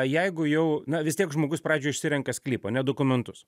jeigu jau na vis tiek žmogus pradžioj išsirenka sklypą ne dokumentus